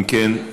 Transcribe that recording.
אם כן,